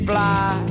Fly